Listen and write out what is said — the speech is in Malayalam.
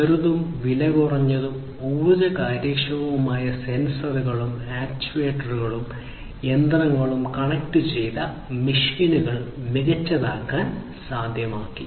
ചെറുതും വിലകുറഞ്ഞതും ഊർജ്ജ കാര്യക്ഷമവുമായ സെൻസറുകളുടെയും ആക്യുവേറ്ററുകളുടെയും ആമുഖം യന്ത്രങ്ങളും കണക്റ്റുചെയ്ത മെഷീനുകളും മികച്ചതാക്കാൻ സാധ്യമാക്കി